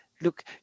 look